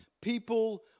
people